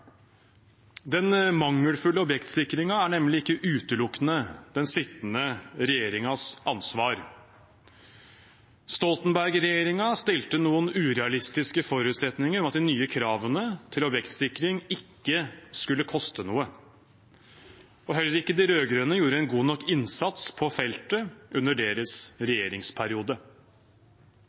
Den mangelfulle objektsikringen er nemlig ikke utelukkende den sittende regjeringens ansvar. Stoltenberg-regjeringen stilte noen urealistiske forutsetninger om at de nye kravene til objektsikring ikke skulle koste noe. Heller ikke de rød-grønne gjorde en god nok innsats på feltet under sin regjeringsperiode.